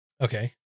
Okay